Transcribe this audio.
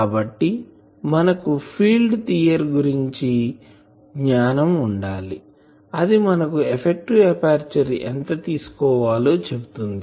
కాబట్టి మనకు field theory గురించిన జ్ఞానం ఉండాలిఅది మనకు ఎఫెక్టివ్ ఎపర్చరు ఎంత తీసుకోవాలో చెప్తుంది